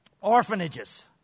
Orphanages